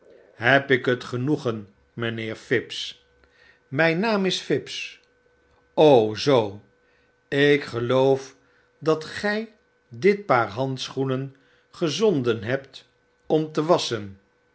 heb ik het genoegen mynheer phibbs myn naam is fips zoo ik geloof dat gy dit paar handschoenen gezonden hebtom te wasschen